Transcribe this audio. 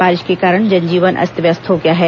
बारिश के कारण जन जीवन अस्त व्यस्त हो गया है